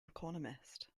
economist